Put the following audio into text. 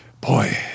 Boy